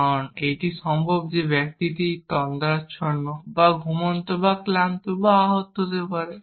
কারণ এটি সম্ভব যে ব্যক্তি তন্দ্রাচ্ছন্ন বা ঘুমন্ত বা ক্লান্ত বা আহত হতে পারে